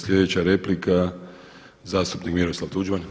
Slijedeća replika zastupnik Miroslav Tuđman.